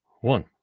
one